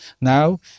Now